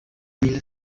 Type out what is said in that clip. mille